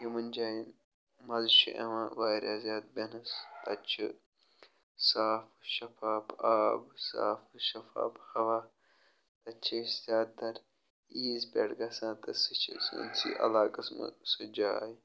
یِمَن جایَن مَزٕ چھُ یِوان واریاہ زیادٕ بیٚہنَس تَتہِ چھِ صاف شفاف آب صاف تہٕ شفاف ہوا تَتہِ چھِ أسۍ زیادٕ تَر عیٖز پٮ۪ٹھ گَژھان تہٕ سُہ چھِ سٲنۍسٕے علاقَس منٛز سُہ جاے